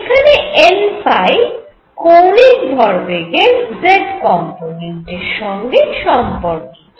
এখানে n কৌণিক ভরবেগের z কম্পোনেন্টের সঙ্গে সম্পর্কিত